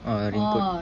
ah rain coat